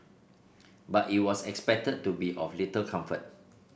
but it was expected to be of little comfort